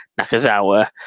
Nakazawa